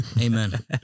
amen